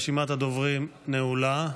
רשימת הדוברים נעולה.